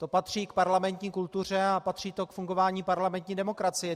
To patří k parlamentní kultuře a patří to k fungování parlamentní demokracie.